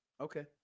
Okay